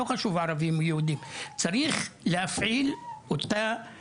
לא חשוב לי אם יהודים או ערבים.